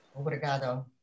Obrigado